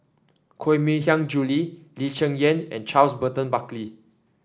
Koh Mui Hiang Julie Lee Cheng Yan and Charles Burton Buckley